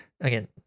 again